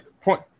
point